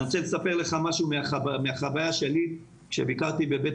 אני רוצה לספר לך משהו מהחוויה שלי כשביקרתי בבית